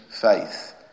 faith